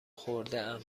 خوردهام